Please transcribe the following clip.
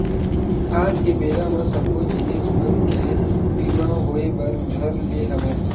आज के बेरा म सब्बो जिनिस मन के बीमा होय बर धर ले हवय